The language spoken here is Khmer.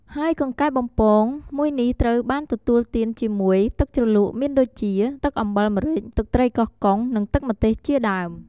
ហើយកង្កែបបំពង មួយនេះត្រូវបានទទួលទានជាមួយ ទឹកជ្រលក់មានដូចជា ទឹកអំបិលម្រេច ទឹកត្រីកោះកុង និងទឹកម្ទេសជាដើម។